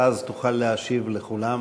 ואז תוכל להשיב לכולם